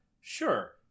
Sure